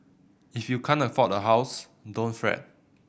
if you can't afford a house don't fret